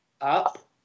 up